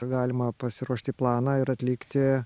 galima pasiruošti planą ir atlikti